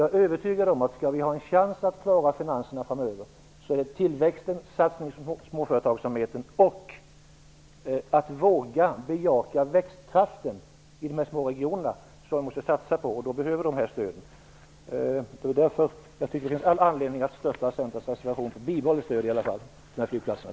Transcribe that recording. Jag är övertygad om att om vi skall ha en chans att klara finanserna framöver är det tillväxten, småföretagsamheten och ett bejakande av växtkraften i de små regionerna som vi måste satsa på, och då behövs dessa stöd. Därför finns det all anledning att stödja